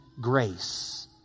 grace